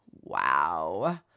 Wow